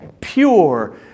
pure